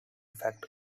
fact